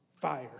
fire